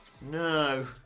No